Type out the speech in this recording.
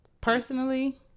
personally